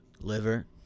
Liver